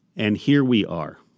and here we are.